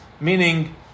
meaning